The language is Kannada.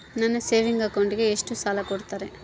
ನನ್ನ ಸೇವಿಂಗ್ ಅಕೌಂಟಿಗೆ ಎಷ್ಟು ಸಾಲ ಕೊಡ್ತಾರ?